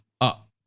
up